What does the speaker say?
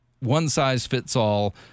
one-size-fits-all